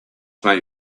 may